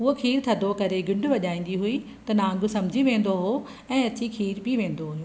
हूअ खीर थधो करे घिंड वॼाईंदी हुई त नांग सम्झी वेंदो हुओ ऐं अची खीर पी वेंदो हुओ